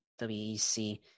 WEC